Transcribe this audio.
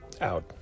out